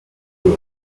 flew